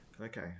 Okay